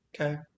Okay